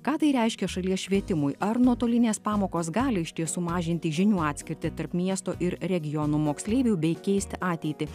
ką tai reiškia šalies švietimui ar nuotolinės pamokos gali išties sumažinti žinių atskirtį tarp miesto ir regionų moksleivių bei keisti ateitį